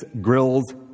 grills